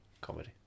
comedy